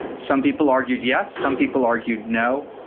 some people argued yes some people argued no.